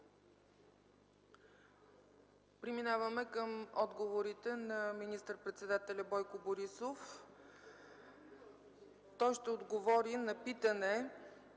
Преминаваме към отговорите на министър-председателя Бойко Борисов. Той ще отговори на питане